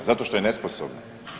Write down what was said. Zato što je nesposobna?